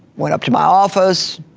went up to my office,